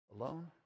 alone